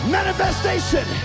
Manifestation